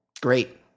Great